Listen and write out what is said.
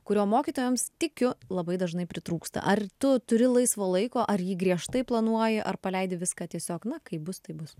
kurio mokytojams tikiu labai dažnai pritrūksta ar tu turi laisvo laiko ar jį griežtai planuoji ar paleidi viską tiesiog na kaip bus taip bus